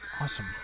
Awesome